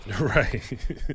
Right